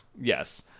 yes